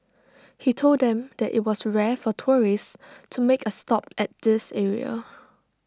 he told them that IT was rare for tourists to make A stop at this area